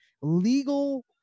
legal